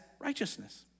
righteousness